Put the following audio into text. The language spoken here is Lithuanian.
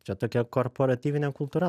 čia tokia korporatyvinė kultūra